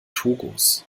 togos